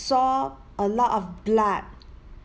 we saw a lot of blood